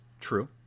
True